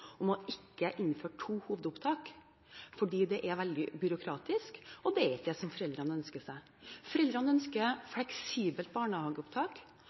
om ikke å innføre to hovedopptak, fordi det er veldig byråkratisk, og det er ikke det foreldrene ønsker seg. Foreldrene ønsker fleksibelt barnehageopptak,